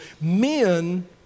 Men